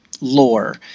lore